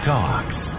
Talks